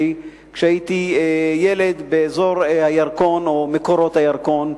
כשהייתי ילד באזור הירקון או מקורות הירקון,